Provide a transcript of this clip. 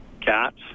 cats